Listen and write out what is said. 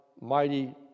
mighty